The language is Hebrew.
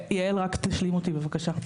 ויעל רק תשלים אותי בבקשה.